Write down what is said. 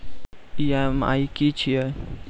EMI की छिये?